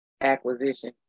acquisition